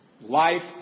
life